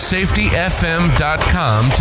SafetyFM.com